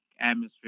atmosphere